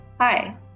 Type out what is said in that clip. Hi